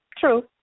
true